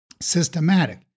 systematic